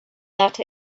that